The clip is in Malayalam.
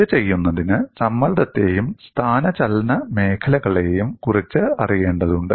ഇത് ചെയ്യുന്നതിന് സമ്മർദ്ദത്തെയും സ്ഥാനചലന മേഖലകളെയും കുറിച്ച് അറിയേണ്ടതുണ്ട്